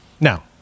Now